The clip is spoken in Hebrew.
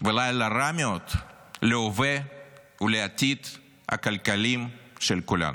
ולילה רע מאוד להווה ולעתיד הכלכליים של כולם.